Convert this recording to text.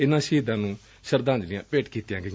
ਇਨੁਾਂ ਸ਼ਹੀਦਾਂ ਨੂੰ ਸ਼ਰਧਾਜਲੀ ਭੇਟ ਕੀਤੀ ਗਈ